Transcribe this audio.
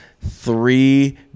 three